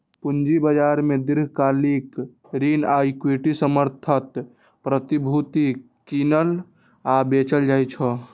पूंजी बाजार मे दीर्घकालिक ऋण आ इक्विटी समर्थित प्रतिभूति कीनल आ बेचल जाइ छै